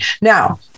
Now